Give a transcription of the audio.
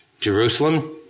Jerusalem